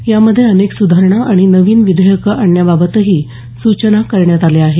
यामध्ये अनेक सुधारणा आणि नवीन विधेयक आणण्याबाबतही सूचना करण्यात आल्या आहेत